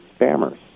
spammers